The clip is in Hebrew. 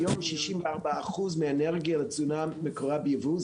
היום 64 אחוז מהאנרגיה בתזונה מקורה בייבוא,